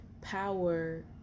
power